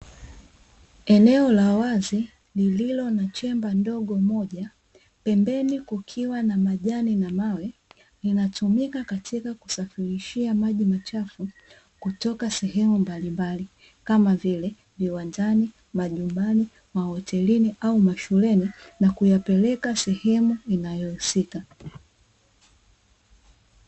Eneo la wazi liliolo na chemba ndogo moja ,pembeni kukiwa na majani na mawe linatumika katika kusafirishia maji machafu kutoka sehemu mbalimbali kama vile viwandani, majumbani, mahotelini au mashuleni na kuyapeleka sehemu inayohusika .